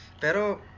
Pero